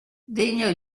degno